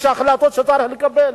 יש החלטות שצריך לקבל.